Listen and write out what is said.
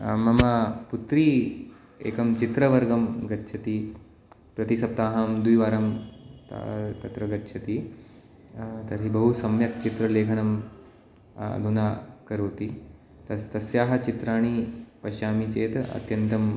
मम पुत्री एकं चित्रवर्गं गच्छति प्रति सप्ताहं द्विवारं त तत्र गच्छति तर्हि बहु सम्यक् चित्रलेखनं अधुना करोति तस्याः तस्याः चित्राणि पश्यामि चेत् अत्यन्तं